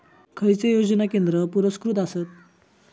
खैचे योजना केंद्र पुरस्कृत आसत?